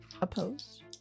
Opposed